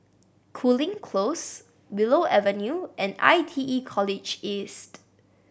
Cooling Close Willow Avenue and I T E College East